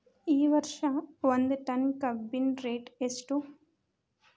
ಈ ವರ್ಷ ಒಂದ್ ಟನ್ ಕಬ್ಬಿನ ರೇಟ್ ಎಷ್ಟು?